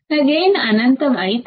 కానీ ఒకవేళ నా గైన్ అనంతం అయితేవి